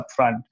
upfront